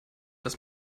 dass